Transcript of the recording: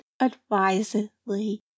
advisedly